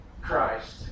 Christ